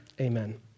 amen